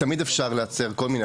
תמיד אפשר לייצר כל מיני,